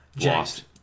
Lost